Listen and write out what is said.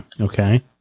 Okay